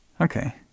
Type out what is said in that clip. Okay